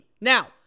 Now